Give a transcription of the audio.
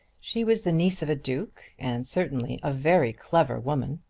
she was the niece of a duke, and certainly a very clever woman.